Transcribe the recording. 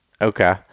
Okay